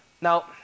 Now